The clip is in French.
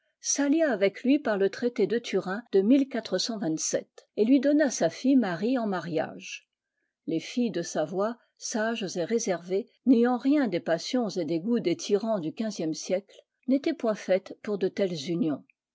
s'allia avec lui par le traité de turin de et lui donna sa fille marie en mariage les filles de savoie sages et réservées n'ayant rien des passions et des goûts des tyrans du xv e siècle n'étaient point faites pour de telles unions